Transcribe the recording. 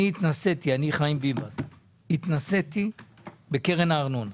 אני חיים ביבס, התנסיתי בקרן הארנונה.